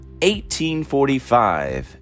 1845